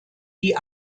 die